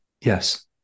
yes